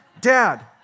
Dad